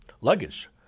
luggage